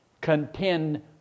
contend